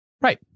Right